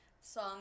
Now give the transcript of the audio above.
Song